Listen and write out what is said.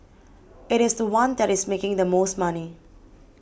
it is the one that is making the most money